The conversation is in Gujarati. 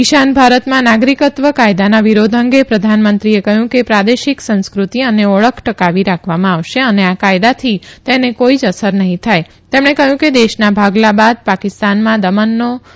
ઇશાન ભારતમાં નાગરિકત્વ કાયદાના વિરોધ અંગે પ્રધાનમંત્રીએ કહ્યું કે પ્રાદેશિક સંસ્કૃતિ અને ઓળખ ટકાવી રાખવામાં આવશે અને આ કાથદાથી તેને કોઇ જ અસર નહીં થાય તેમણે કહ્યું કે દેશના ભાગલા બાદ પાકિસ્તાનમાં દમનનો ભોગ માટે જ થોડા ફેરફાર કરાયા છે